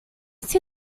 see